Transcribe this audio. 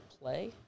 play